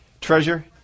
treasure